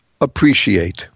appreciate